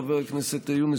חבר הכנסת יונס,